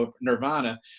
nirvana